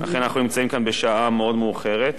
אכן אנחנו נמצאים כאן בשעה מאוד מאוחרת.